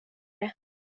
det